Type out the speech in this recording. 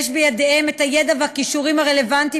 יש בידיהם הידע והכישורים הרלוונטיים